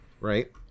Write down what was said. right